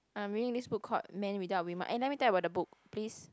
I'm reading this book called Man without Women eh let me tell you about the book please